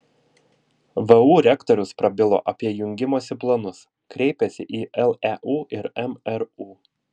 vu rektorius prabilo apie jungimosi planus kreipėsi į leu ir mru